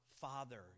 father